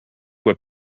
were